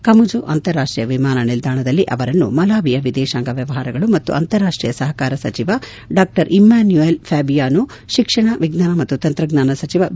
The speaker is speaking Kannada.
ಕಮುಜು ಅಂತಾರಾಷ್ಷೀಯ ವಿಮಾನ ನಿಲ್ದಾಣದಲ್ಲಿ ಅವರನ್ನು ಮಲಾವಿಯ ವಿದೇಶಾಂಗ ವ್ಲವಹಾರಗಳು ಮತ್ತು ಅಂತಾರಾಷ್ಷೀಯ ಸಹಕಾರ ಸಚಿವ ಡಾ ಇಮಾನ್ಯುಯಲ್ ಫ್ಯಾಬಿಯಾನೊ ಶಿಕ್ಷಣ ವಿಜ್ಞಾನ ಮತ್ತು ತಂತ್ರಜ್ಞಾನ ಸಚಿವ ವಿ